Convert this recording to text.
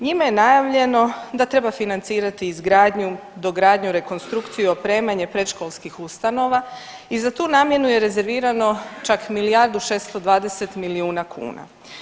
Njime je najavljeno da treba financirati izgradnju, dogradnju, rekonstrukciju i opremanje predškolskih ustanova i za tu namjenu je rezervirano čak milijardu 620 milijuna kuna.